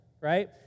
right